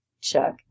Chuck